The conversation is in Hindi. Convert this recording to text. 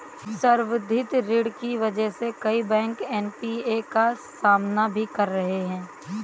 संवर्धित ऋण की वजह से कई बैंक एन.पी.ए का सामना भी कर रहे हैं